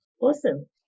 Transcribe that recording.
Awesome